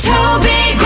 Toby